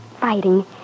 fighting